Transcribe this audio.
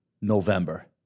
November